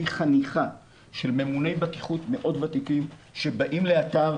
חניכה של ממוני בטיחות מאוד ותיקים שבאים לאתר,